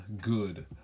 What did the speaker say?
good